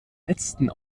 letzten